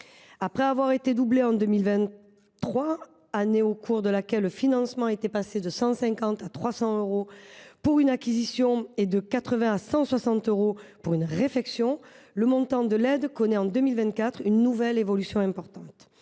Après avoir été doublé en 2023, année au cours de laquelle le financement était passé de 150 à 300 euros pour une acquisition et de 80 à 160 euros pour une réfection, le montant de l’aide connaît une nouvelle évolution importante